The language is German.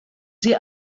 sie